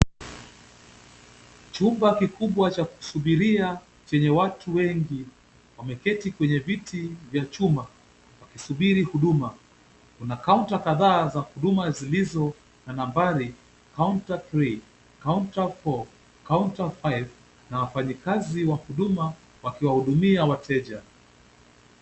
Chumba kikubwa cha kusubiria chenye watu wengi wameketi kwenye viti vya chuma wakisubiri huduma. Kuna counter kadhaa za huduma zilizo na nambari counter 3, counter 4, couter 5 na wafanyikazi wa huduma wakiwahudumia wateja.